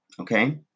Okay